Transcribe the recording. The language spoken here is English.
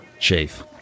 Chief